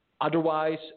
otherwise